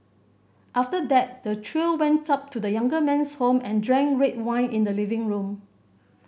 after that the trio went up to the younger man's home and drank red wine in the living room